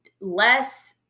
less